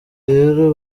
rero